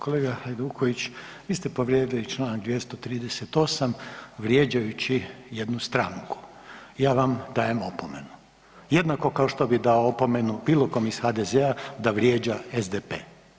Kolega Hajduković, vi ste povrijedili čl. 238. vrijeđajući jednu stranku, ja vam dajem opomenu jednako kao što bi dao opomenu bilo kom iz HDZ-a da vrijeđa SDP.